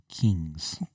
Kings